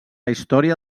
història